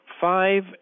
five